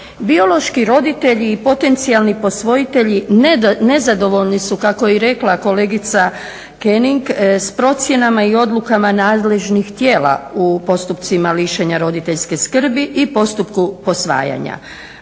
Biološki roditelji i potencijalni posvojitelji nezadovoljni su kako je i rekla kolegica König s procjenama i odlukama nadležnih tijela u postupcima lišenja roditeljske srbi i postupku posvajanja.